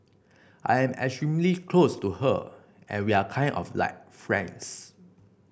I am extremely close to her and we are kind of like friends